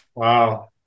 Wow